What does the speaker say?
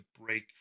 break